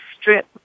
strip